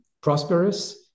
prosperous